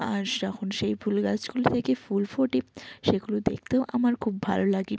আর যখন সেই ফুল গাছগুলো থেকে ফুল ফোটে সেগুলো দেখতেও আমার খুব ভালো লাগে